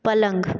पलंग